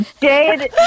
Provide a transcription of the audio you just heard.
jade